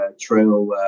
trail